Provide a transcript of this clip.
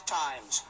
times